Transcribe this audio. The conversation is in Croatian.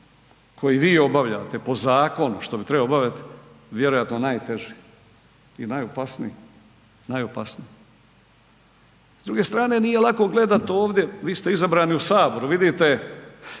koji vi obavljate zakon što bi trebao obavljati, vjerojatno najteži i najopasniji, najopasniji. S druge strane nije lako gledat ovdje, vi ste izabrani u Sabori, vidite,